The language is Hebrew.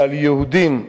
שעל יהודים,